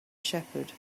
shepherd